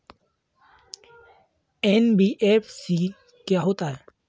NBFC क्या होता है?